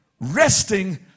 resting